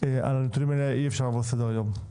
על הנתונים האלה אי אפשר לעבור לסדר היום.